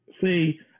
See